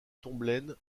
tomblaine